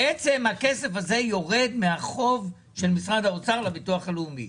הכסף הזה יורד מהחוב של משרד האוצר לביטוח הלאומי.